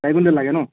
চাৰি কুইন্টেল লাগে নহ্